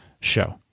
show